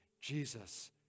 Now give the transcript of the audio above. Jesus